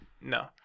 no